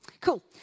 Cool